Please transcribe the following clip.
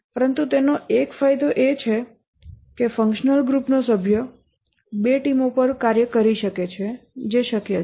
પરંતુ તેનો એક ફાયદો એ છે કે ફંક્શનલ ગ્રુપનો સભ્ય બે ટીમો પર કાર્ય કરી શકે છે જે શક્ય છે